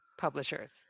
publishers